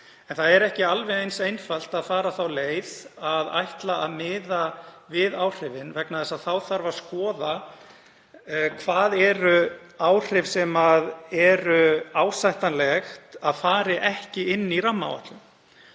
En það er ekki alveg eins einfalt að fara þá leið að ætla að miða við áhrifin vegna þess að þá þarf að skoða hvað eru áhrif sem er ásættanlegt að fari ekki inn í rammaáætlun.